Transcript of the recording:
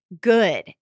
good